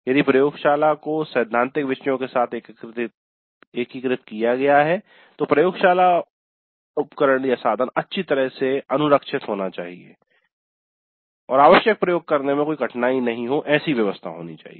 यदि प्रयोगशाला को सैद्धांतिक विषयों के साथ एकीकृत किया गया है तो प्रयोगशाला उपकरण अच्छी तरह से अनुरक्षित होना चाहिए और आवश्यक प्रयोग करने में कोई कठिनाई नहीं हों ऐसी व्यवस्था होना चाहिए